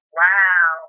wow